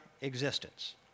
existence